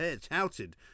touted